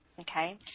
Okay